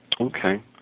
Okay